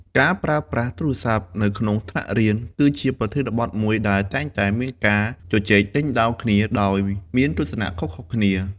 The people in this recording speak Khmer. ការប្រើប្រាស់ទូរស័ព្ទនៅក្នុងថ្នាក់រៀន គឺជាប្រធានបទមួយដែលតែងតែមានការជជែកដេញដោលគ្នា ដោយមានទស្សនៈខុសៗគ្នា។